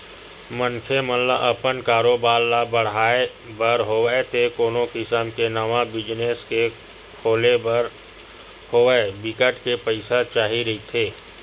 मनखे मन ल अपन कारोबार ल बड़हाय बर होवय ते कोनो किसम के नवा बिजनेस के खोलब म होवय बिकट के पइसा चाही रहिथे